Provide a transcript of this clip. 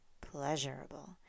pleasurable